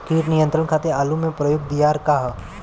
कीट नियंत्रण खातिर आलू में प्रयुक्त दियार का ह?